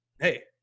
hey